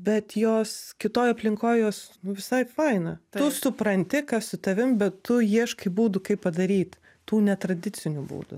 bet jos kitoj aplinkoj jos nu visai faina tu supranti kas su tavim bet tu ieškai būdų kaip padaryt tų netradicinių būdų